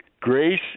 Grace